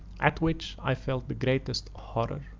at which i felt the greatest horror.